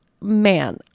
man